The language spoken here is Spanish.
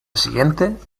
siguiente